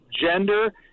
gender